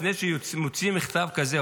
לפני שמוציאים מכתב כזה,